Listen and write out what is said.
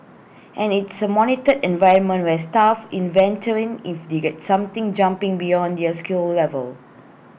and it's A monitored environment where staff inventorying if they get something jumping beyond their skill level